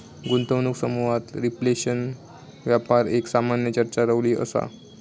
गुंतवणूक समुहात रिफ्लेशन व्यापार एक सामान्य चर्चा रवली असा